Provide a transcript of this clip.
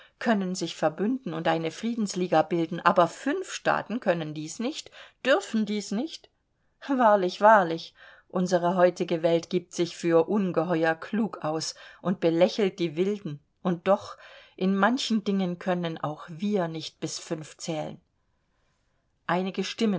können sich verbünden und eine friedensliga bilden aber fünf staaten können dies nicht dürfen dies nicht wahrlich wahrlich unsere heutige welt gibt sich für ungeheuer klug aus und belächelt die wilden und doch in manchen dingen können auch wir nicht bis fünf zählen einige stimmen